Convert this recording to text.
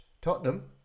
Tottenham